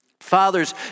Fathers